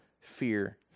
fear